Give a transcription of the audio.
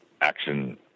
action